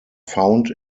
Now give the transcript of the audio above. found